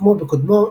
כמו בקודמו,